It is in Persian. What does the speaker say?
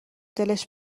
دلش